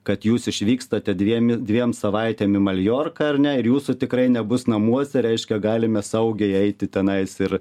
kad jūs išvykstate dviem į dviem savaitėm į maljorką ar ne ir jūsų tikrai nebus namuose reiškia galime saugiai eiti tenai ir